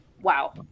Wow